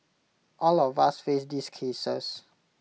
all of us face these cases